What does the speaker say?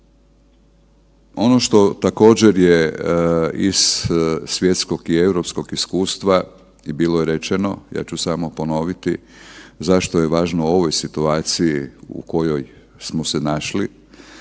Ono što također je iz svjetskog i europskog iskustva je bilo rečeno, ja ću samo ponoviti zašto je važno u ovoj situaciji u kojoj smo se našli,